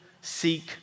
seek